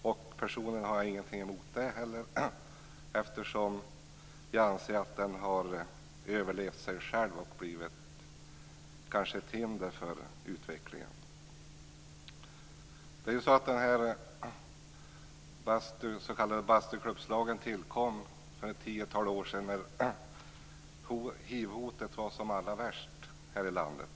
Personligen har jag inget emot det, eftersom jag anser att den har överlevt sig själv och kanske blivit ett hinder för utvecklingen. Den s.k. bastuklubbslagen tillkom för ett tiotal år sedan när hivhotet var som allra värst här i landet.